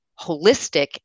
holistic